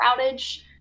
outage